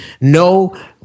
no